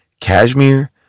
cashmere